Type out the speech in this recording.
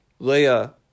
Leia